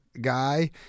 guy